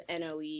Noe